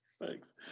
thanks